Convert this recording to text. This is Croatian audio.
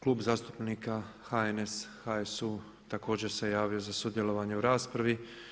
Klub zastupnika HNS, HSU također se javio za sudjelovanje u raspravi.